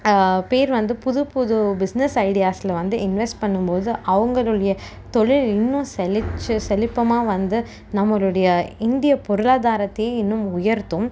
பேர் வந்து புது புது பிஸ்னஸ் ஐடியாஸில் வந்து இன்வெஸ்ட் பண்ணும் போது அவங்களுடைய தொழில் இன்னும் செழிச்சு செழிப்பம்மா வந்து நம்மளுடைய இந்திய பொருளாதாரத்தையே இன்னும் உயர்த்தும்